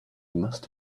must